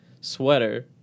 sweater